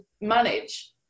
manage